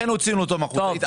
הוציאו אותם החוצה,